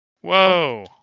Whoa